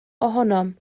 ohonom